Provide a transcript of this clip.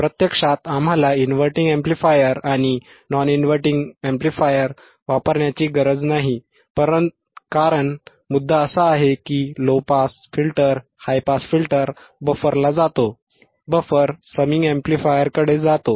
प्रत्यक्षात आम्हाला inverting amplifier आणि नॉन इनव्हर्टिंग वापरण्याची गरज नाही कारण मुद्दा असा आहे की low pass filter high pass filter बफरला जातो बफर समिंग अॅम्प्लिफायरकडे जातो